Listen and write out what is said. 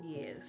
yes